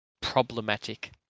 problematic